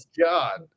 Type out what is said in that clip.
God